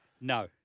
No